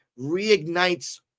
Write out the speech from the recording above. reignites